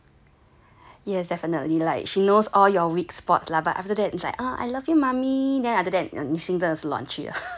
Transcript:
yes definitely like she knows all your weak spots lah but after that it's like uh I love you mummy then 你的心就软去了